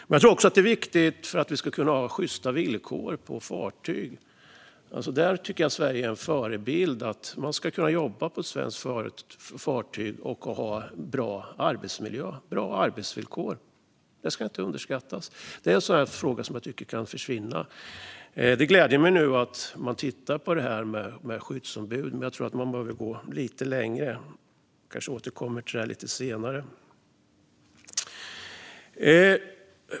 Men jag tror också att detta är viktigt för att vi ska kunna ha sjysta villkor på fartyg. Där tycker jag att Sverige är en förebild. Man ska kunna jobba på ett svenskt fartyg och ha en bra arbetsmiljö och bra arbetsvillkor. Det ska inte underskattas. Det är en fråga som jag ibland tycker försvinner. Det gläder mig att man nu tittar på detta med skyddsombud, men jag tror att man behöver gå lite längre. Jag kanske återkommer till det lite senare.